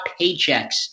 paychecks